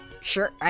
sure